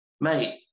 mate